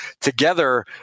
together